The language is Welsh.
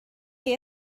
chi